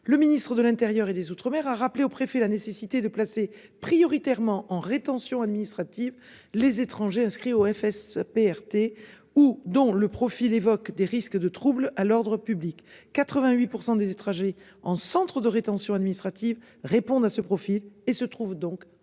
Le ministre de l'Intérieur et des Outre-mer a rappelé aux préfets la nécessité de placer prioritairement en rétention administrative. Les étrangers inscrits au FSPRT ou dont le profil évoque des risques de troubles à l'ordre public, 88% des trajets en centre de rétention administrative répondent à ce profil et se trouve donc en